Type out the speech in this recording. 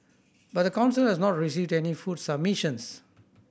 but the council has not received any food submissions